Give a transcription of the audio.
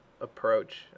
approach